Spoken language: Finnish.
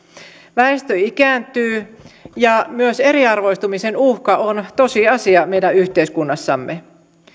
väestö ikääntyy ja myös eriarvoistumisen uhka on tosiasia meidän yhteiskunnassamme